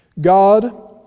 God